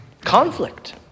conflict